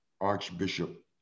Archbishop